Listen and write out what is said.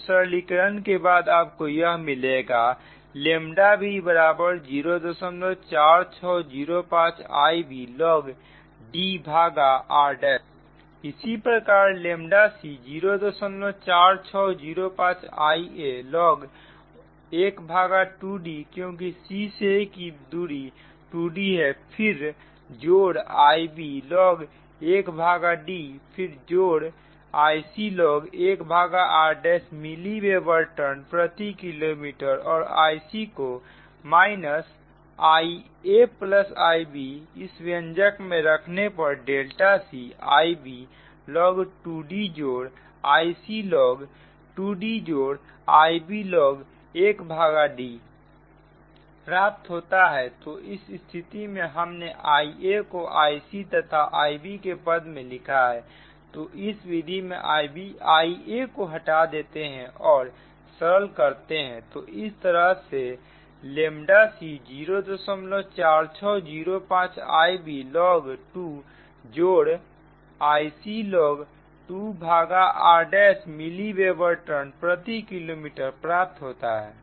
तो सरलीकरण के बाद आपको यह मिलेगा b04605 Iblog dr' इसी प्रकार c04605 Ialog12D क्योंकि c से a की दूरी 2D है फिर जोड़ Iblog1D जोड़ Iclog1r' मिली वेबर टर्न प्रति किलोमीटर और Ic को IaIb इस व्यंजक में रखने पर cIblog2D जोड़ Iclog2D जोड़ Iblog1D तो इस स्थिति में हमने Ia को Ic तथा Ib के पद में लिखा है तो इस विधि में Ia को हटा देते हैं और सरल करते हैं तो इस तरह c 04605 Ib log2 जोड़ Ic log 2r ' milli weber turn प्रति किलोमीटर प्राप्त होता है